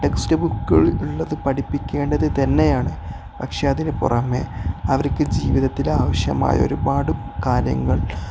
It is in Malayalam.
ടെക്സ്റ്റ് ബുക്കുകളിൽ ഉള്ളത് പഠിപ്പിക്കേണ്ടത് തന്നെയാണ് പക്ഷേ അതിന് പുറമേ അവർക്ക് ജീവിതത്തില ആവശ്യമായ ഒരുപാട് കാര്യങ്ങൾ